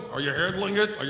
are you handling it? are you,